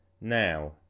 Now